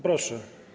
Proszę.